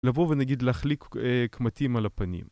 לבוא ונגיד להחליק קמטים על הפנים.